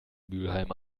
mülheim